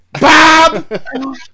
Bob